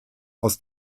aus